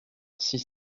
six